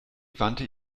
wandte